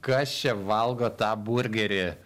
kas čia valgo tą burgerį